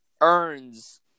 earns –